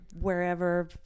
wherever